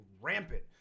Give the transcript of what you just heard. rampant